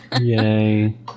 Yay